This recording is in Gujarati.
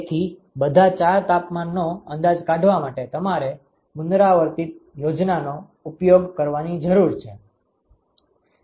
તેથી બધાં 4 તાપમાનનો અંદાજ કાઢવા માટે તમારે પુનરાવર્તિત યોજનાનો ઉપયોગ કરવાની જરૂર છે